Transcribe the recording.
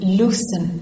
loosen